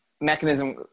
mechanism